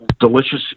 delicious